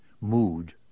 mood